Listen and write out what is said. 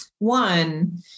One